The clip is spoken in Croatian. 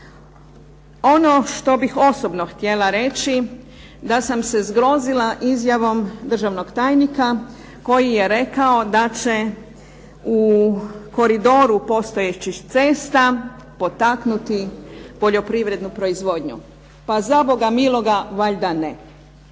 Ono što bih osobno htjela reći da sam se zgrozila izjavom državnog tajnika koji je rekao da će u koridoru postojećih cesta potaknuti poljoprivrednu proizvodnju. Pa za Boga miloga valjda ne!